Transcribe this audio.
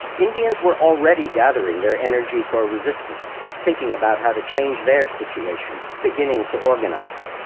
indians were already gathering their energy for resistance, thinking about how to change their situation, beginning to organize.